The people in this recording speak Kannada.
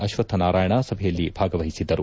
ಅಶ್ವತ್ಡ್ ನಾರಾಯಣ ಸಭೆಯಲ್ಲಿ ಭಾಗವಹಿಸಿದ್ದರು